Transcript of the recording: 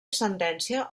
sentència